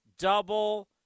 Double